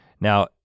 Now